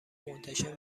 منتشر